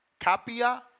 capia